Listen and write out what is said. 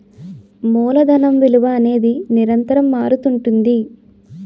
మూలధనం విలువ అనేది నిరంతరం మారుతుంటుంది